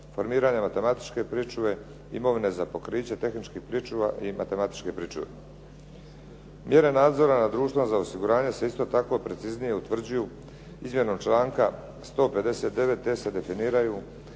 formiranje matematičke pričuve, imovine za pokriće tehničkih pričuva i matematičke pričuve. Mjere nadzora nad društvom za osiguranje se isto tako preciznije utvrđuju izmjenom članka 159. te se definiraju